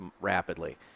rapidly